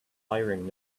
hiring